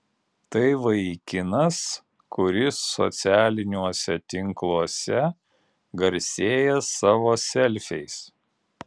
tai vaikinas kuris socialiniuose tinkluose garsėja savo selfiais